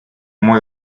мой